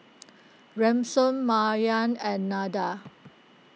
Ransom Maryann and Nada